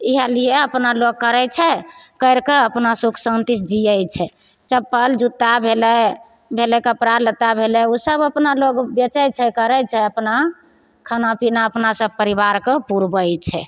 इएह लिए अपना लोग करय छै करिके अपना सुख शान्तिसँ जियै छै चप्पल जूत्ता भेलय भेलय कपड़ा लत्ता भेलय उ सब अपना लोग बेचय छै करय छै अपना खाना पीना अपना सब परिवारके पूरबइ छै